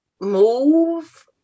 move